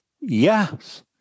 Yes